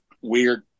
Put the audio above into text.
weird